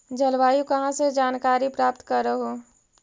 जलवायु कहा से जानकारी प्राप्त करहू?